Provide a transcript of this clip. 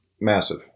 massive